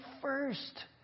first